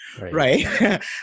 right